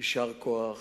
יישר כוח.